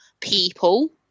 people